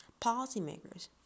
Policymakers